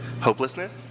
hopelessness